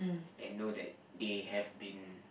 and know that they have been